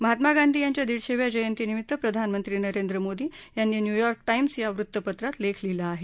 महात्मा गांधी यांच्या दीडशेव्या जयंती निमित्त प्रधानमंत्री नरेंद्र मोदी यांनी न्यूयॉर्क टाॅॅस या वृत्तपत्रात लेख लिहिला आहे